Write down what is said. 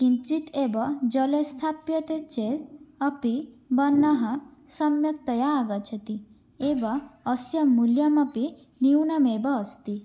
किञ्चित् एव जलं स्थाप्यते चेत् अपि वर्णः सम्यक्तया आगच्छति एव अस्य मूल्यमपि न्यूनमेव अस्ति